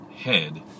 head